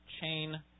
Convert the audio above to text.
chain